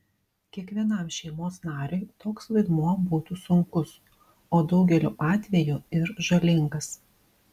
kiekvienam šeimos nariui toks vaidmuo būtų sunkus o daugeliu atvejų ir žalingas